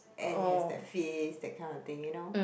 and it has that fizz that kind of thing you know